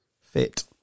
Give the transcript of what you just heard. fit